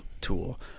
tool